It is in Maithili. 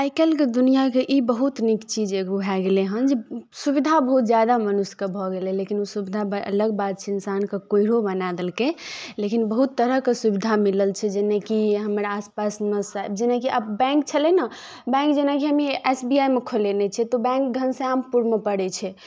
आइ काल्हिके दुनिआके ई बहुत नीक चीज एगो भऽ गेलै हन जे सुविधा बहुत जादा मनुष्यके भऽ गेलै लेकिन ओ सुविधा अलग बात छै इंसानके कोइढ़ो बना देलकै लेकिन बहुत तरहक सुविधा मिलल छै जेनाकि हमरा आसपासमे जेनाकि आब बैंक छलै ने बैंक जेनाकि हम ई एस बी आइ मे खोलेने छियै तऽ ओ बैंक घनश्यामपुरमे परै छै